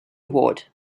ward